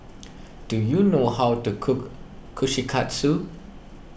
do you know how to cook Kushikatsu